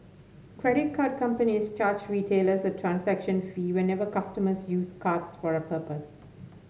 credit card companies charge retailers a transaction fee whenever customers use cards for a purpose